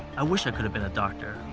i wish i could have been a doctor.